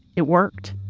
it worked.